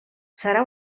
serà